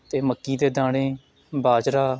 ਅਤੇ ਮੱਕੀ ਦੇ ਦਾਣੇ ਬਾਜਰਾ